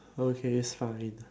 okay fine